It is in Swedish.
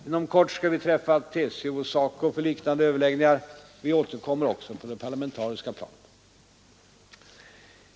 Inom kort skall vi träffa TCO och SACO för liknande överläggningar. Vi återkommer också på det parlamentariska planet.